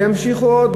וימשיכו עוד?